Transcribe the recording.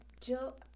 Jill